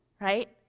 right